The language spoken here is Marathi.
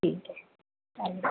ठीक आहे चालेल